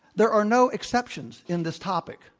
there are no exceptions in this topic.